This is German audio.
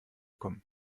kommen